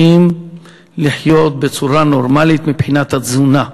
לחיות בצורה נורמלית מבחינת התזונה.